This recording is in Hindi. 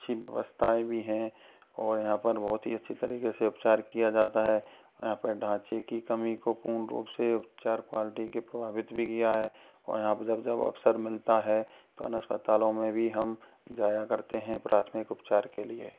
अच्छी व्यवस्थाएँ भी हैं और यहाँ पर बहुत ही अच्छी तरीके से उपचार किया जाता है यहाँ पर ढाँचे की कमी को पूर्ण रूप से उपचार पार्टी के प्रभावित भी किया है और यहाँ पर जब जब अवसर मिलता है तो उन अस्पतालों में भी हम जाया करते हैं प्राथमिक उपचार के लिए